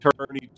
attorney